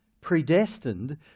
predestined